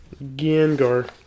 Gengar